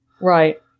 right